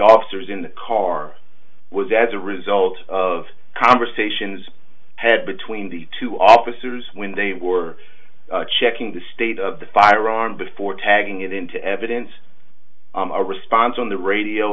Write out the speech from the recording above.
officers in the car was as a result of conversations had between the two officers when they were checking the state of the firearm before tagging it into evidence a response on the radio